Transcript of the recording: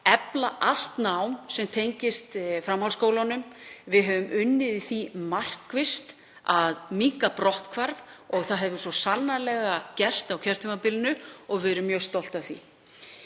efla allt nám sem tengist framhaldsskólanum. Við höfum unnið í því markvisst að minnka brotthvarf og það hefur svo sannarlega gerst á kjörtímabilinu og við erum mjög stolt af því.